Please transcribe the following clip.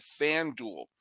FanDuel